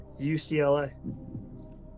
UCLA